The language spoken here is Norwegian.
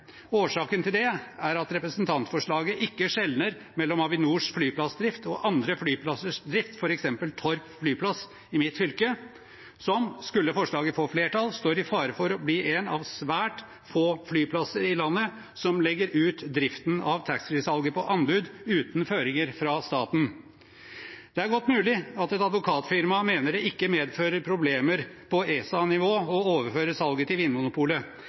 Årsaken til det er at representantforslaget ikke skjelner mellom Avinors flyplassdrift og andre flyplassers drift, som f.eks. Torp flyplass i mitt fylke, som – skulle forslaget få flertall – står i fare for å bli en av svært få flyplasser i landet som legger ut driften av taxfree-salget på anbud uten føringer fra staten. Det er godt mulig at et advokatfirma mener det ikke medfører problemer på ESA-nivå å overføre salget til